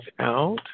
out